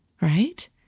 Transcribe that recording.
right